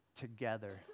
together